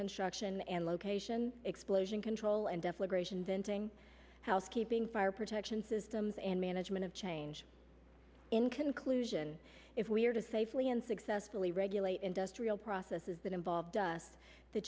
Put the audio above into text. construction and location explosion control and death liberation venting housekeeping fire protection systems and management of change in conclusion if we are to safely and successfully regulate industrial processes that involved us the